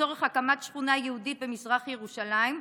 לצורך הקמת שכונה יהודית במזרח ירושלים,